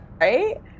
right